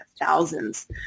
thousands